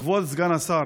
כבוד סגן השר,